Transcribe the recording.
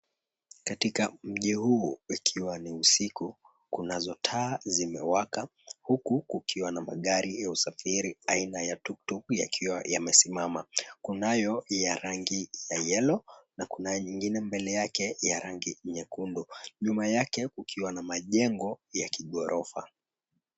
Katika mji huu, ikiwa ni usiku, kunazo taa zimewaka. Huku kukiwa na magari ya usafiri aina ya tuktuk yakiwa yamesimama. Kunayo ya rangi ya yellow na kuna nyingine mbele yake ya rangi nyekundu. Nyuma yake kukiwa na majengo ya kighorofa.